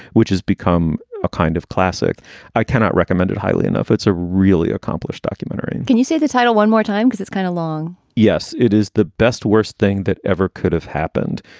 which has become a kind of classic i cannot recommended highly enough. it's a really accomplished documentary can you say the title one more time? because it's kind of long yes, it is the best, worst thing that ever could have happened.